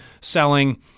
selling